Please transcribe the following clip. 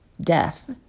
death